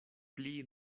pli